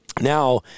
now